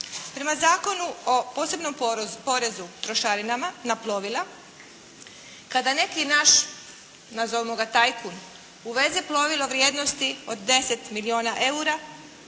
Prema Zakonu o posebnom porezu, trošarinama na plovila kada neki naš nazovimo ga tajkun uveze plovilo vrijednosti od 10 milijuna eura